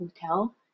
hotel